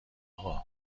آقا